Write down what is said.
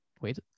wait